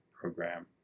program